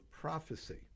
prophecy